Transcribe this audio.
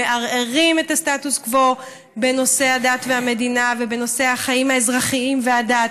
מערערים את הסטטוס קוו בנושא הדת והמדינה ובנושא החיים האזרחיים והדת,